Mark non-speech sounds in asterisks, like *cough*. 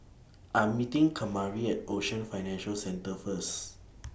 I'm meeting *noise* Kamari At Ocean Financial Centre First *noise*